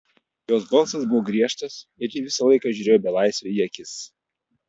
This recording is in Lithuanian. jos balsas buvo griežtas ir ji visą laiką žiūrėjo belaisviui į akis